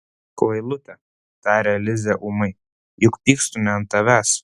kvailute taria lizė ūmai juk pykstu ne ant tavęs